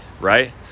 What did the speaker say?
right